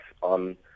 on